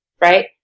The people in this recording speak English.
right